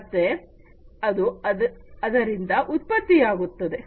ಮತ್ತೆ ಅದು ಅದರಿಂದ ಉತ್ಪತ್ತಿಯಾಗುತ್ತದೆ